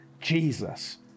Jesus